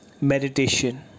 meditation